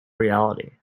reality